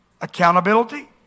Accountability